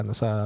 sa